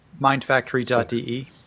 Mindfactory.de